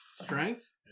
Strength